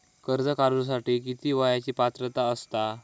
कर्ज काढूसाठी किती वयाची पात्रता असता?